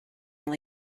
this